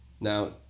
Now